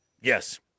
Yes